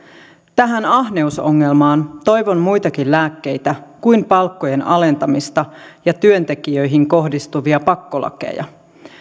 tähän ahneusongelmaan toivon muitakin lääkkeitä kuin palkkojen alentamista ja työntekijöihin kohdistuvia pakkolakeja